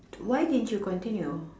what didn't you continue